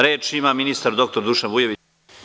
Reč ima ministar, dr Dušan Vujović.